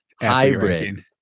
Hybrid